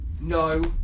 no